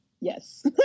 yes